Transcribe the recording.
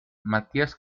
matías